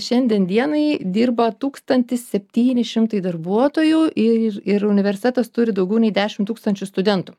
šiandien dienai dirba tūkstantis septyni šimtai darbuotojų ir ir universitetas turi daugiau nei dešim tūkstančių studentų